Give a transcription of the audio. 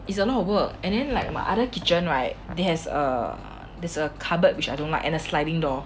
is a lot of work and then like my other kitchen right there's a there's a cupboard which I don't like and a sliding door